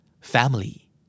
family